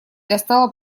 достала